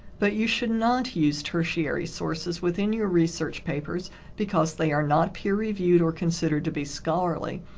but you should not use tertiary sources within your research papers because they are not peer-reviewed or considered to be scholarly,